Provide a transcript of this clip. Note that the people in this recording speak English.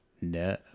No